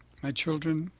my children,